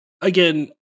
again